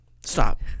Stop